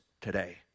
today